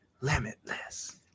limitless